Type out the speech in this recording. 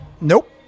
Nope